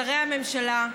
שרי הממשלה,